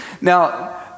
Now